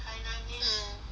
mm mm mm